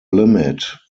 limit